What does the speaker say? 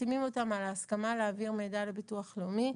מחתימים אותה על הסכמה להעביר מידע לביטוח לאומי.